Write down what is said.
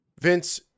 vince